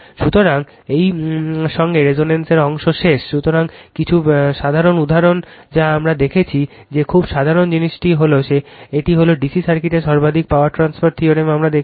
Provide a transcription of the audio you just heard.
সুতরাং এই সঙ্গে এই রেজোনেন্স অংশ শেষ সুতরাং কিছু সাধারণ উদাহরণ যা আমরা দেখেছি যে খুব সাধারণ জিনিসটি হল এটি হল ডিসি সার্কিটের সর্বাধিক পাওয়ার ট্রান্সফার থিওরেম আমরা দেখেছি